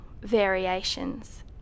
variations